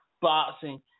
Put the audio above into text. boxing